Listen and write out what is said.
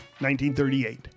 1938